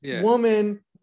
woman